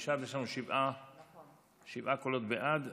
יש לנו שבעה קולות בעד,